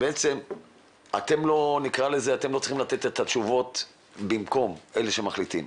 בעצם אתם לא צריכים לתת את התשובות במקום אלה שמחליטים,